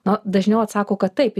na dažniau atsako kad taip